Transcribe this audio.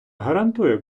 гарантує